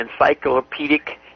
encyclopedic